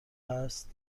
هست